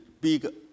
big